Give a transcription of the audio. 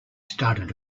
started